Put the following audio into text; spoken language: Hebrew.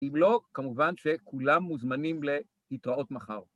אם לא, כמובן שכולם מוזמנים להתראות מחר.